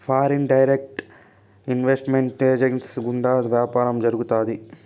foreign direct investment ఏజెంట్ల గుండా వ్యాపారం జరుగుతాది